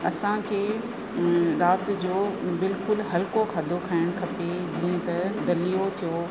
असांखे राति जो बिल्कुलु हल्को खाधो खाइणु खपे जीअं त दलियो थियो